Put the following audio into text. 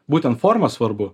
būtent forma svarbu